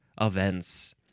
events